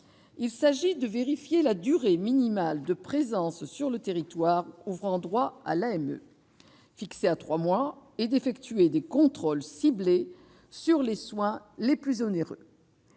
Il s'agit de vérifier la durée minimale de présence sur le territoire ouvrant droit à l'AME, fixée à trois mois, et d'effectuer des contrôles ciblés sur les soins les plus onéreux.